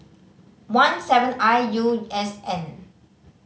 one seven I U S N